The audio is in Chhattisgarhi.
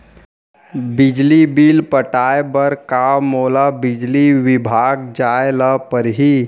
बिजली बिल पटाय बर का मोला बिजली विभाग जाय ल परही?